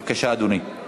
בבקשה, אדוני.